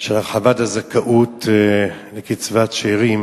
של הרחבת הזכאות לקצבת שאירים